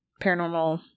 paranormal